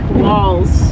walls